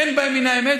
אין בהן מן האמת,